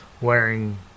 wearing